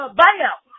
buyout